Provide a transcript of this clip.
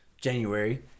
January